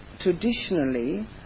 traditionally